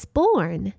born